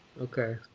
Okay